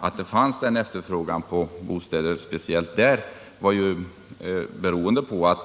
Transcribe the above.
Att efterfrågan fanns just där berodde på att